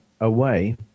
away